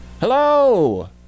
Hello